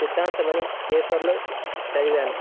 సిద్ధాంతమని పేపర్లో చదివాను